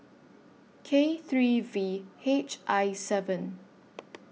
K three V H I seven